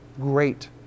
Great